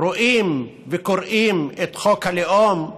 רואים וקוראים את חוק הלאום,